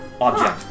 object